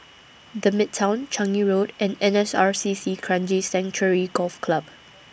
The Midtown Changi Road and N S R C C Kranji Sanctuary Golf Club